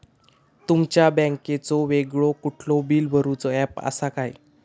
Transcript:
तुमच्या बँकेचो वेगळो कुठलो बिला भरूचो ऍप असा काय?